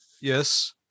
Yes